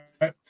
right